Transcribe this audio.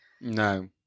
No